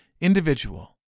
individual